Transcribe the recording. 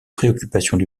préoccupations